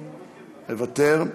מוותר,